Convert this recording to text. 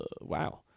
wow